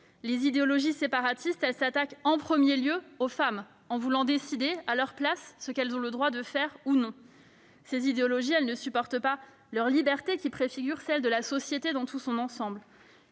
Les idéologies séparatistes s'attaquent d'abord aux femmes, en voulant décider à leur place ce qu'elles ont le droit de faire ou de ne pas faire. Ces idéologies ne supportent pas leur liberté, qui préfigure celle de la société dans son ensemble.